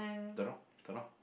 don't know don't know